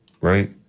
right